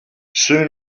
soon